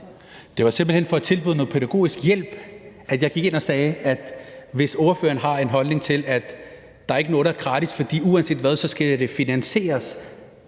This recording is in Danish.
Det var simpelt hen for at tilbyde noget pædagogisk hjælp, at jeg gik ind og sagde det, i forhold til hvis ordføreren har en holdning til, at der ikke er noget, der er gratis, for uanset hvad skal det finansieres.